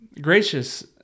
gracious